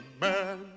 man